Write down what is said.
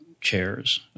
chairs